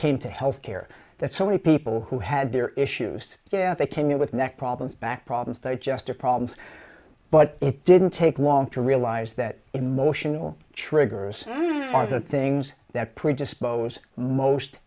came to health care that so many people who had their issues they can you with neck problems back problems digestive problems but it didn't take long to realise that emotional triggers are the things that predispose most